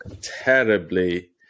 terribly